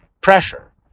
pressure